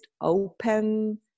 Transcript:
open